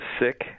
sick